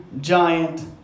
giant